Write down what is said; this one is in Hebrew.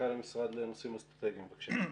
מנכ"ל המשרד לנושאים אסטרטגיים, בבקשה.